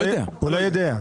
לא יודע.